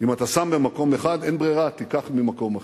אם אתה שם במקום אחד, אין ברירה, תיקח ממקום אחר.